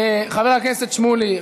חבר הכנסת שמולי,